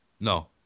No